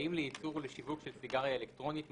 "תנאים לייצור ולשיווק של סיגריה אלקטרונית,